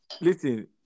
Listen